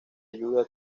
ayuda